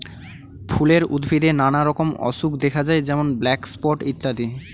ফুলের উদ্ভিদে নানা রকম অসুখ দেখা যায় যেমন ব্ল্যাক স্পট ইত্যাদি